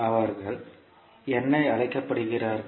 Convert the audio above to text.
அவர்கள் என்ன அழைக்கப்படுகிறார்கள்